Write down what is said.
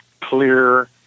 clear